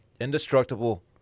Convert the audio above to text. Indestructible